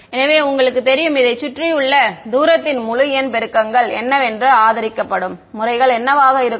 எனவே உங்களுக்குத் தெரியும் இதைச் சுற்றியுள்ள தூரத்தின் முழு எண் பெருக்கங்கள் என்னவென்று ஆதரிக்கப்படும் முறைகள் என்னவாக இருக்கும்